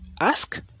ask